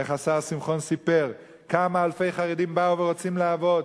איך השר שמחון סיפר כמה אלפי חרדים באו ורוצים לעבוד.